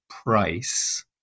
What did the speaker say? price